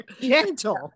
gentle